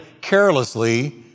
carelessly